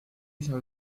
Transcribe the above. isa